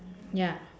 ya